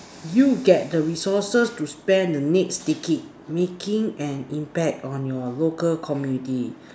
you get the resources to spend the next decade making an impact on your local community